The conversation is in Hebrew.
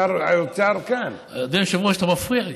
האוצר, אדוני היושב-ראש, אתה מפריע לי.